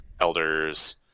elders